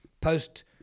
Post